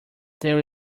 there